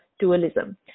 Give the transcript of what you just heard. Dualism